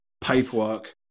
paperwork